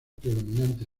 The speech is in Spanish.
predominante